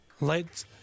let